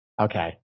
Okay